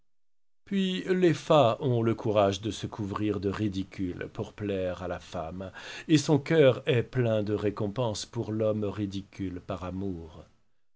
puis les fats ont le courage de se couvrir de ridicule pour plaire à la femme et son cœur est plein de récompenses pour l'homme ridicule par amour